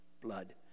blood